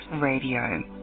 Radio